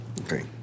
Okay